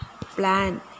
plan